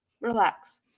relax